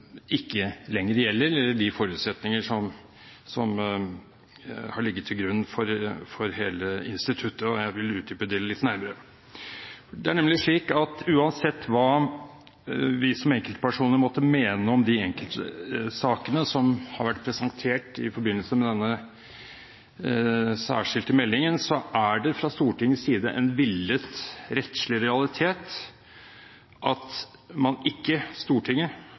ikke at de lover som Stortinget har hjemlet Sivilombudsmannen i, og de forutsetninger som har ligget til grunn for hele instituttet, ikke lenger gjelder. Jeg vil utdype det litt nærmere. Det er nemlig slik at uansett hva vi som enkeltpersoner måtte mene om de enkelte sakene som har vært presentert i forbindelse med denne særskilte meldingen, er det fra Stortingets side en villet rettslig realitet at Stortinget ikke